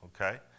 Okay